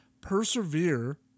persevere